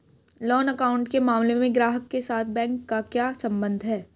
Loan account के मामले में ग्राहक के साथ बैंक का क्या संबंध है?